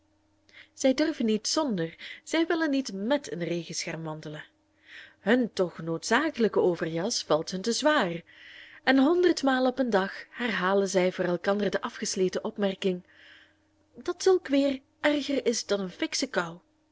zij durven niet zonder zij willen niet mèt een regenscherm wandelen hun toch noodzakelijke overjas valt hun te zwaar en honderdmaal op een dag herhalen zij voor elkander de afgesleten opmerking dat zulk weer erger is dan een fiksche kou